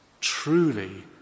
truly